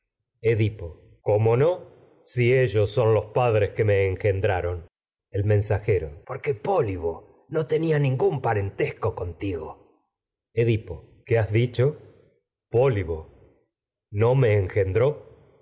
edipo cómo no si ellos son los padres que me engendraron el mensajero porque pólibo no tenia ningún parentesco contigo edipo qué has dicho pólibo el no me engendró